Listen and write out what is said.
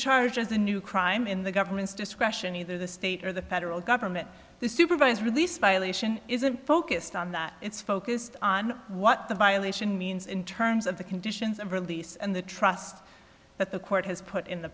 charged as a new crime in the government's discretion either the state or the federal government the supervised release violation isn't focused on that it's focused on what the violation means in terms of the conditions of release and the trust that the court has put in the